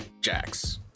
Jax